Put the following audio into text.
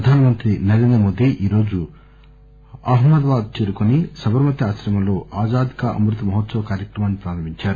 ప్రధానమంత్రి నరేంద్ర మోదీ ఈరోజు అహ్మదాబాద్ చేరుకుని శబర్మతీ ఆశ్రమంలో ఆజాదీకా అమృత్ మహోత్సవ్ కార్యక్రమాన్ని ప్రారంభించారు